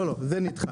לא, זה נדחה.